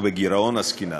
ובגירעון עסקינן,